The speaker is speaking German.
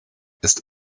ist